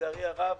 לצערי הרב,